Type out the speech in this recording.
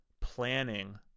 planning